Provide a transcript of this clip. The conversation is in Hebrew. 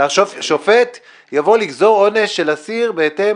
שופט יבוא לגזור עונש של אסיר בהתאם